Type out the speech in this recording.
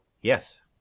Yes